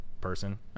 person